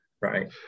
Right